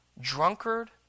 drunkard